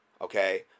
okay